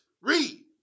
Read